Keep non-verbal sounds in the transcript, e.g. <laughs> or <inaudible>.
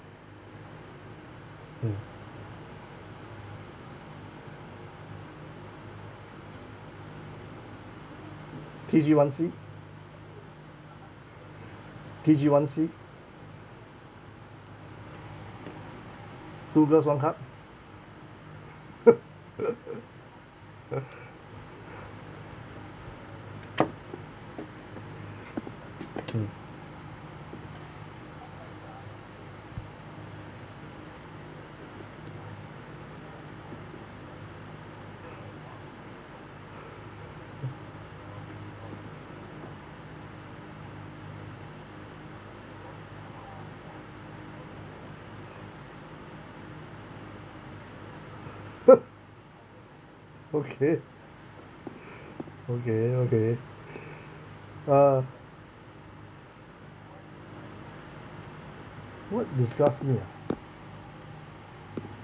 mm T_G one C T_G one C two girls one car <laughs> <breath> mm <laughs> okay <breath> okay okay <breath> uh what disgusts me ah